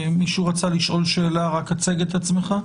מישהו רצה לשאול שאלה, הצג את עצמך.